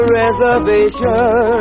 reservation